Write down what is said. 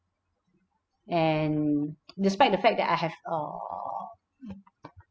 and despite the fact that I have err